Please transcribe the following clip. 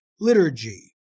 liturgy